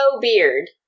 beard